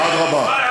אדרבה,